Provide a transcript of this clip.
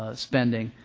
ah spending.